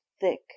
thick